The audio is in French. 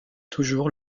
toujours